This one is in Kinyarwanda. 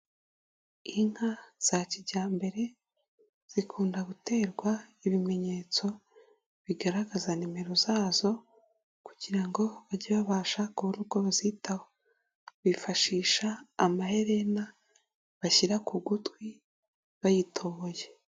Inka za kijyambere zikunda guterwa ibimenyetso bigaragaza nimero zazo kugira ngo bajye babasha kubona uko bazitaho, bifashisha amaherena bashyira ku gutwi bayitoboye.